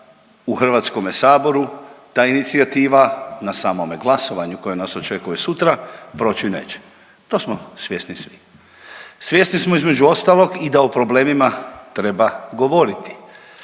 u Hrvatskome saboru ta inicijativa na samome glasovanju koje nas očekuje sutra proći neće. To smo svjesni svi. Svjesni smo između ostalog i da o problemima treba govoriti,